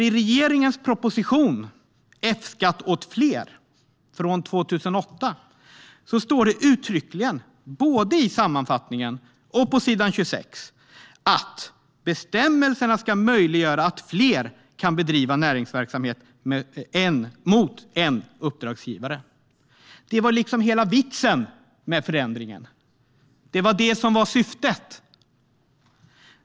I regeringens proposition F-skatt åt fler från 2008 står det uttryckligen både i sammanfattningen och på s. 26 att bestämmelsen ska möjliggöra att fler kan bedriva näringsverksamhet mot en uppdragsgivare. Det var liksom hela vitsen med förändringen! Det var det som var syftet.